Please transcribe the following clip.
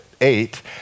eight